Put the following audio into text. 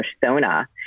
persona